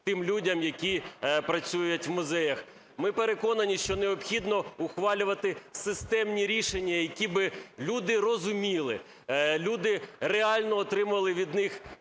тим людям, які працюють в музеях. Ми переконані, що необхідно ухвалювати системні рішення, які би люди розуміли, люди реально отримували від них